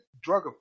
drug